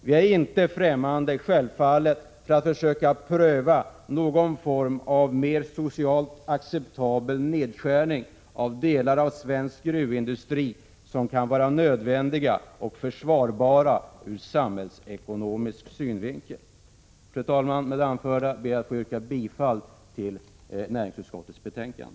Vi är självfallet inte främmande för att försöka pröva någon form av mer socialt acceptabel nedskärning av delar av svensk gruvindustri, en nedskärning som kan vara nödvändig och försvarbar ur samhällsekonomisk synvinkel. Fru talman! Med det anförda ber jag att få yrka bifall till hemställan i näringsutskottets betänkande.